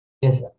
yes